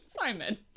Simon